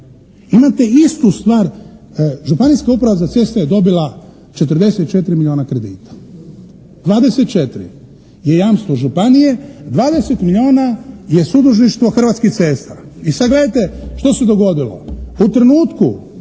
Imate istu stvar, Županijska uprava za ceste je dobila 44 milijuna kredita. 24 je jamstvo županije, 20 milijuna je sudužništvo Hrvatskih cesta. I sad gledajte što se dogodilo. U trenutku